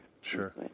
Sure